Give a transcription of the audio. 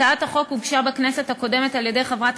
הצעת החוק הוגשה בכנסת הקודמת על-ידי חברת